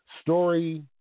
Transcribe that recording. Story